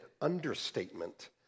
understatement